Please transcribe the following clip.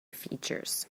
features